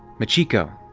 machiko!